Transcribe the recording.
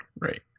right